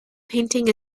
painting